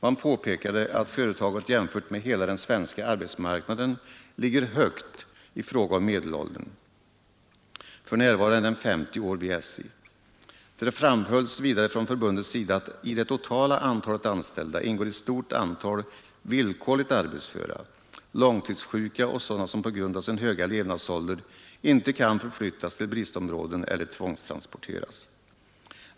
Man påpekade att företaget, jämfört med hela den svenska arbetsmarknaden, ligger högt i fråga om medelåldern. För närvarande är den vid SJ 50 år. Det framhölls vidare från förbundets sida att i det totala antalet anställda ingår ett stort antal villkorligt arbetsföra, långtidssjuka och sådana som på grund av sin höga levnadsålder inte kan förflyttas till bristområden eller tvångstransporteras.